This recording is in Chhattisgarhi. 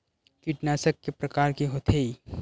कीटनाशक के प्रकार के होथे?